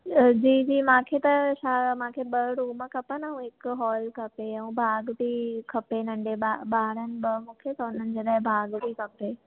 जी जी मूंखे त छा मूंखे ॿ रूम खपनि ऐं हिकु हॉल खपे ऐं बाग़ बि खपे नंढे ॿार आहिनि ॿ मूंखे त हुनन जे लाइ बाग़ बि खपे